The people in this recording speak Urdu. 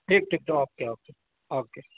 ٹھیک ٹھیک اوکے اوکے اوکے